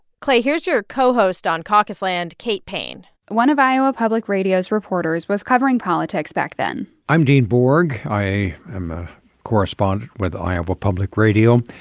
clay here's your co-host on caucus land, kate payne one of iowa public radio's reporters was covering politics back then i'm dean borg. i am a correspondent with iowa public radio.